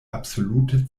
absolute